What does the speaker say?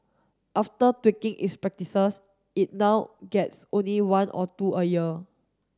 after tweaking its practices it now gets only one or two a year